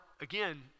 again